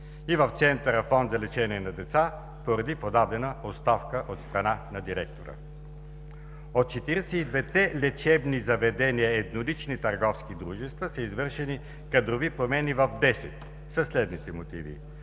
и в Центъра „Фонд за лечение на деца“ поради подадена оставка от страна на директора. От четиридесет и двете лечебни заведения, еднолични търговски дружества, са извършени кадрови промени в десет със следните мотиви